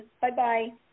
Bye-bye